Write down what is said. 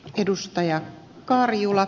arvoisa puhemies